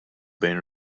bejn